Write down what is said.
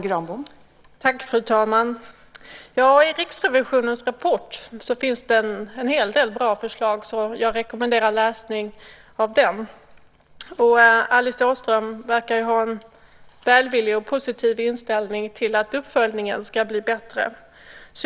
Fru talman! I Riksrevisionens rapport finns det en hel del bra förslag, så jag rekommenderar läsning av den. Alice Åström verkar ha en välvillig och positiv inställning till att uppföljningen ska bli bättre.